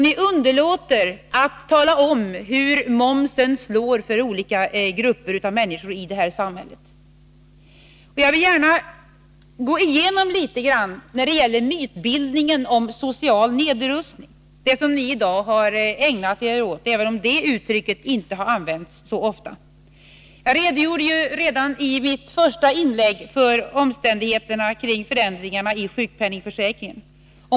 Ni underlåter att tala om hur momsen slår för olika grupper av människor i det här samhället. Jag vill gärna litet grand gå igenom en del saker när det gäller mytbildningen om social nedrustning — det som ni i dag har ägnat er åt, även om detta uttryck inte har använts så ofta. Redan i mitt första inlägg redogjorde jag ju för omständigheterna kring förändringarna i sjukförsäkringen.